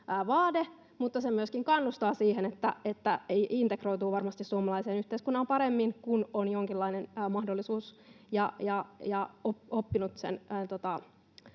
kielivaade, mutta se myöskin kannustaa siihen, että integroituu varmasti suomalaiseen yhteiskuntaan paremmin, kun on oppinut sen